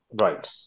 Right